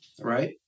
right